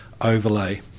overlay